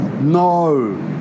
No